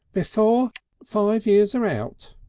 before five years are out.